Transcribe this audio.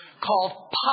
called